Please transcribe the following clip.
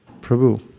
Prabhu